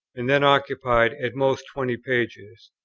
and then occupied at most twenty pages.